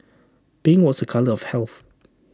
pink was A colour of health